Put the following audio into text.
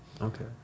Okay